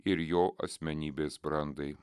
ir jo asmenybės brandai